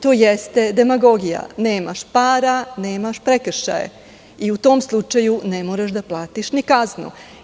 To jeste demagogija, nemaš para – nemaš prekršaja, i u tom slučaju ne moraš da platiš ni kaznu.